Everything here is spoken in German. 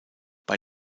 bei